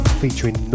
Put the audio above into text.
featuring